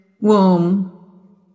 womb